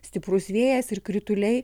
stiprus vėjas ir krituliai